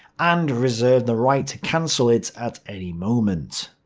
and reserved the right to cancel it at any moment.